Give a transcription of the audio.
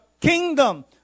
kingdom